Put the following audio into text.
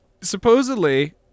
supposedly